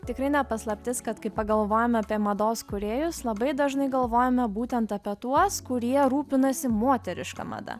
tikrai ne paslaptis kad kai pagalvojame apie mados kūrėjus labai dažnai galvojame būtent apie tuos kurie rūpinasi moteriška mada